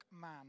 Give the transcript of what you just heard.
man